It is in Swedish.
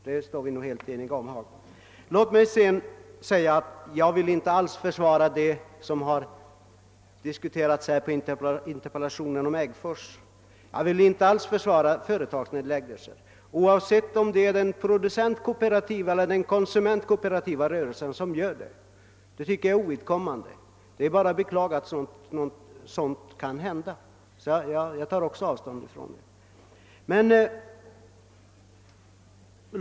Det är nog herr Haglund och jag helt eniga om. Jag vill vidare inte alls försvara sådant som föranledde interpellationen om Äggfors. Jag vill inte försvara före lagsnedläggningar oavsett om det är producenteller konsumentkooperativa rörelser som står bakom dem. Det är bara att beklaga att sådant kan förekomma. Också jag tar avstånd från det inträffade.